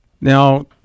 Now